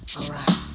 Alright